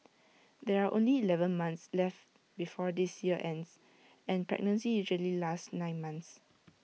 there are only Eleven months left before this year ends and pregnancy usually lasts nine months